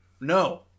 no